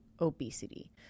obesity